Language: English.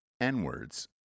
N-words